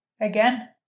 Again